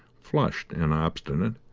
flushed and obstinate.